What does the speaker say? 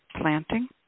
planting